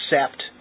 accept